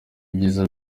biza